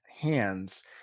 hands